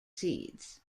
seeds